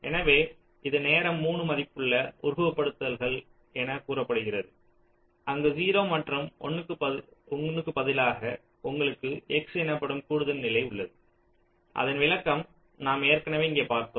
எனவே இது நேரம் 3 மதிப்புள்ள உருவகப்படுத்துதல்கள் என குறிப்பிடப்படுகிறது அங்கு 0 மற்றும் 1 க்கு பதிலாக உங்களுக்கு X எனப்படும் கூடுதல் நிலை உள்ளது அதன் விளக்கம் நாம் ஏற்கனவே இங்கே பார்த்தோம்